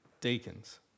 deacons